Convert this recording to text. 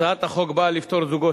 התשס"ט 2009. הצעת החוק באה לפטור זוגות